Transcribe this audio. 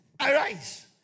arise